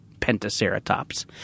pentaceratops